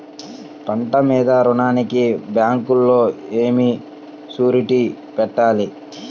పంట మీద రుణానికి బ్యాంకులో ఏమి షూరిటీ పెట్టాలి?